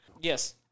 Yes